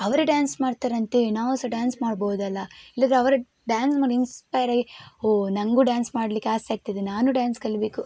ಅವರೇ ಡ್ಯಾನ್ಸ್ ಮಾಡ್ತಾರಂತೆ ನಾವು ಸಹ ಡ್ಯಾನ್ಸ್ ಮಾಡ್ಬೋದಲ್ಲಾ ಇಲ್ಲದ್ದರೆ ಅವರು ಡ್ಯಾನ್ಸ್ ಮಾಡಿ ಇನ್ಸ್ಪಯ್ರ್ ಆಗಿ ಹೊ ನನಗೂ ಡ್ಯಾನ್ಸ್ ಮಾಡಲಿಕ್ಕೆ ಆಸೆ ಆಗ್ತದೆ ನಾನು ಡ್ಯಾನ್ಸ್ ಕಲಿಬೇಕು